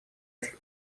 этих